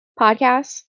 podcasts